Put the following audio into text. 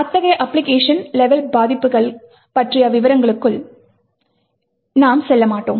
அத்தகைய application level பாதிப்புகள் பற்றிய விவரங்களுக்குள் நாம் செல்ல மாட்டோம்